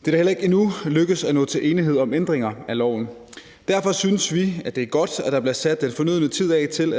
Det er da heller ikke endnu lykkedes at nå til enighed om ændringer af loven. Derfor synes vi, det er godt, at der bliver sat den fornødne tid af til